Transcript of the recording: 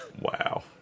Wow